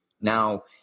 Now